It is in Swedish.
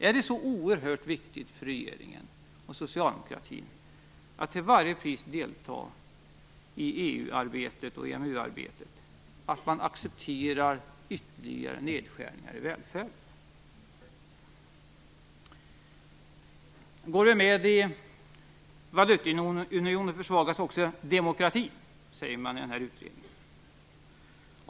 Är det så oerhört viktigt för regeringen och socialdemokratin att till varje pris delta i EU-arbetet och i EMU-arbetet att man accepterar ytterligare nedskärningar i välfärden? Går vi med i valutaunionen försvagas också demokratin, säger man i utredningen.